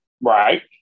Right